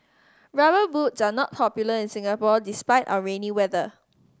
Rubber Boots are not popular in Singapore despite our rainy weather